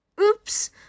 oops